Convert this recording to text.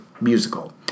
musical